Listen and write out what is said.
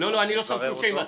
לרגע כדי שנברר אותו.